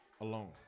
alone